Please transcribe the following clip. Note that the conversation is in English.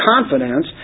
confidence